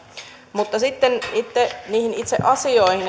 mutta sitten niihin itse asioihin